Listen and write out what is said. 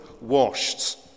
Washed